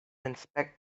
inspect